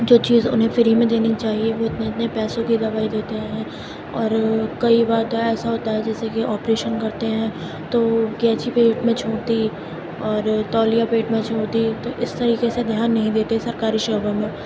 جو چیز انہیں فری میں دینی چاہیے وہ اتنے اتنے پیسوں کی دوائی دیتے ہیں اور کئی بار تو ایسا ہوتا ہے جیسے کہ آپریشن کرتے ہیں تو قینچی پیٹ میں چھوڑ دی اور تولیہ پیٹ میں چھوڑ دی تو اس طریقہ سے دھیان نہیں دیتے سرکاری شعبوں میں